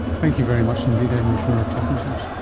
thank you very much indeed edmund for talking to us.